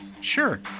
Sure